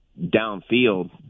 downfield